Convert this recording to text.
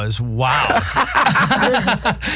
wow